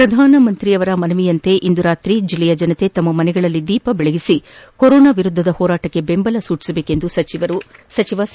ಪ್ರಧಾನಮಂತ್ರಿ ಅವರ ಮನವಿಯಂತೆ ಇಂದು ರಾತ್ರಿ ಜಿಲ್ಲೆಯ ಜನತೆ ತಮ್ನ ಮನೆಗಳಲ್ಲಿ ದೀಪ ಬೆಳಗಿಸಿ ಕೊರೊನಾ ವಿರುದ್ದದ ಹೋರಾಟಕ್ಕೆ ಬೆಂಬಲ ನೀಡಬೇಕೆಂದು ಸಚಿವ ಸಿ